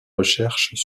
recherches